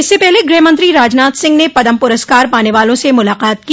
इससे पहले गृह मंत्रो राजनाथ सिंह ने पद्म पुरस्कार पाने वालों से मुलाकात की